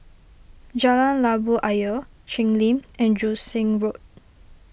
Jalan Labu Ayer Cheng Lim and Joo Seng Road